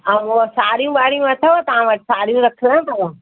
ऐं उहो साड़ियूं वाड़ियूं अथव तव्हां वटि साड़ियूं रखियलु अथव